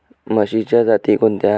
म्हशीच्या जाती कोणत्या?